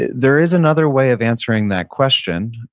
there is another way of answering that question,